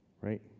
Right